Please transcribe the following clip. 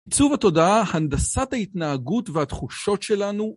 צור התודעה, הנדסת ההתנהגות והתחושות שלנו.